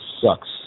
sucks